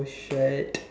bullshit